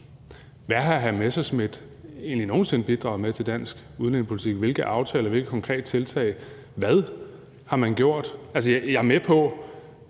Hvad har hr. Morten Messerschmidt egentlig nogen sinde bidraget med til dansk udlændingepolitik – hvilke aftaler og hvilke konkrete tiltag? Hvad har man gjort? Altså, jeg er med på,